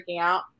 out